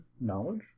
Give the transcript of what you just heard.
Knowledge